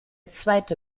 zweite